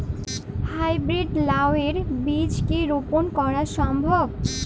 High breed লাও এর বীজ কি রোপন করা সম্ভব?